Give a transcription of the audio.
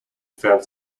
found